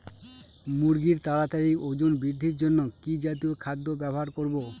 মুরগীর তাড়াতাড়ি ওজন বৃদ্ধির জন্য কি জাতীয় খাদ্য ব্যবহার করব?